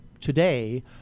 today